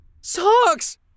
Socks